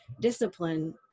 discipline